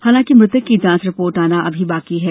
हालांकि मृतक की जांच रिपोर्ट आना बाकी है